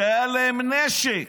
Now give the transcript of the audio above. שהיה להם נשק.